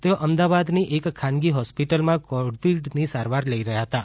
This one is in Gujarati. તેઓ અમદાવાદની એક ખાનગી હોસ્પીટલમાં કોવિડની સારવાર લઈ રહ્યા હતાં